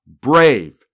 brave